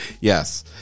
Yes